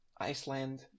Iceland